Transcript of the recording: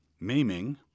Maiming